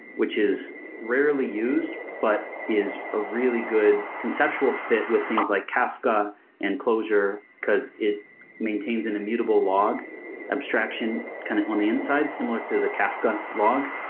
which is rarely used, but is a really good conceptual fit with things like kafka and clojure, because it maintains an immutable log abstraction kind of on the inside similar to the kafka log,